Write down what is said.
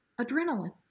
Adrenaline